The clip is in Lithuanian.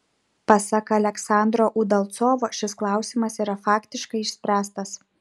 pasak aleksandro udalcovo šis klausimas yra faktiškai išspręstas